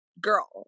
girl